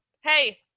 hey